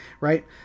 right